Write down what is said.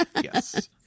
yes